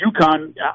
UConn